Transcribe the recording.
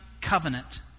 covenant